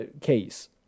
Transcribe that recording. case